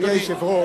זה חוק ג'ובים.